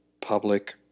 public